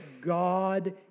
God